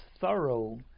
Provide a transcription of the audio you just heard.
thorough